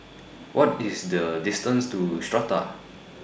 What IS The distance to Strata